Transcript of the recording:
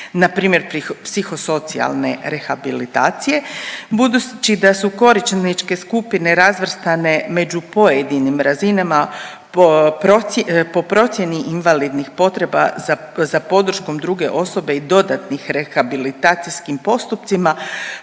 npr. psihosocijalne rehabilitacije, budući da su korisničke skupine razvrstane među pojedinim razinama po procje…, po procijeni invalidnih potreba za, za podrškom druge osobe i dodatnih rehabilitacijskim postupcima